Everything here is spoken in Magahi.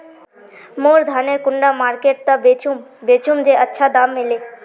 मोर धानेर कुंडा मार्केट त बेचुम बेचुम जे अच्छा दाम मिले?